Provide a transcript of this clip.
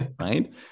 right